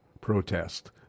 protest